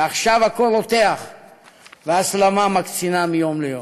ועכשיו הכול רותח וההסלמה מקצינה מיום ליום.